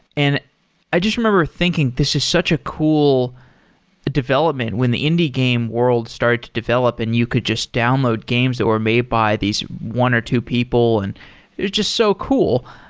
and i just remember thinking, this is such a cool development when the indie game world started to develop and you could just download games that were made by these one or two people. and it was just so cool.